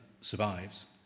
survives